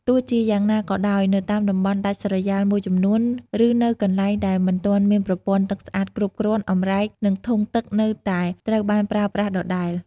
ទោះជាយ៉ាងណាក៏ដោយ នៅតាមតំបន់ដាច់ស្រយាលមួយចំនួន ឬនៅកន្លែងដែលមិនទាន់មានប្រព័ន្ធទឹកស្អាតគ្រប់គ្រាន់ អម្រែក និងធុងទឹកនៅតែត្រូវបានប្រើប្រាស់ដដែល។